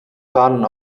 fahnen